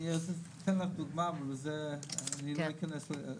אני אתן לך דוגמא, אני לא אכנס לזה,